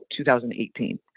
2018